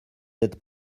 êtes